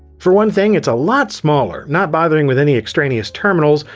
for one thing it's a lot smaller, not bothering with any extraneous terminals,